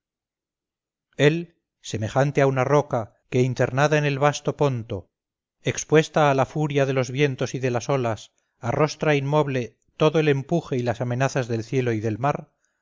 el semejante a una roca que internada en el basto ponto expuesta a la furia de los vientos y de las olas arrostra inmoble todo el empuje y las amenazas del cielo y del mar